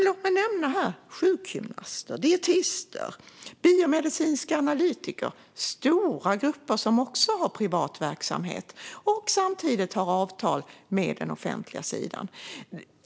Låt mig också nämna sjukgymnaster, dietister och biomedicinska analytiker - stora grupper som har privat verksamhet och som samtidigt har avtal med den offentliga sidan.